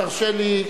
תרשה לי.